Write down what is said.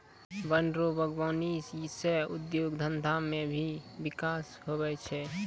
वन रो वागबानी सह उद्योग धंधा मे भी बिकास हुवै छै